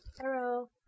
Hello